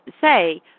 say